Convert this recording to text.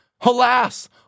Alas